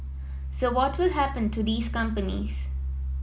so what will happen to these companies